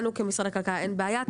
לנו כמשרד הכלכלה אין בעיה,